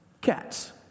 cats